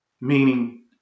meaning